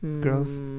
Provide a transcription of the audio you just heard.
Girls